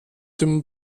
dem